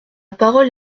parole